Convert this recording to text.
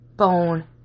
bone